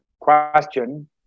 question